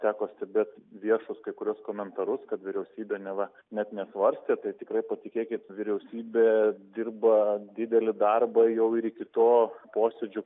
teko stebėt viešus kai kuriuos komentarus kad vyriausybė neva net nesvarstė tai tikrai patikėkit vyriausybė dirba didelį darbą jau ir iki to posėdžio